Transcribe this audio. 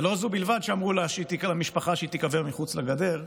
ולא זו בלבד שאמרו למשפחה שהיא תיקבר מחוץ לגדר,